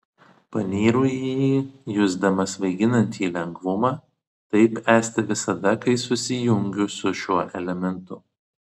panyru į jį jusdama svaiginantį lengvumą taip esti visada kai susijungiu su šiuo elementu